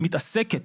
מתעסקת